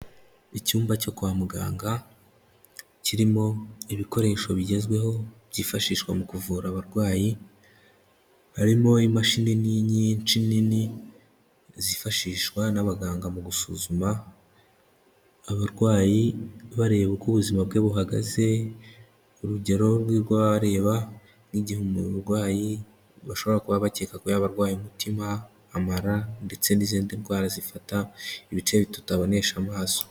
Icyumba cyo kwa muganga kirimo ibikoresho bigezweho, byifashishwa mu kuvura abarwayi, harimo imashini nyinshi nini zifashishwa n'abaganga, mu gusuzuma abarwayi bareba uko ubuzima bwe buhagaze, urugero rw'abareba n'igihe umurwayi bashobora kuba bakeka ko yaba arwaye umutima, amara, ndetse n'izindi ndwara zifata ibice tutabonesha amaso.